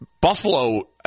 Buffalo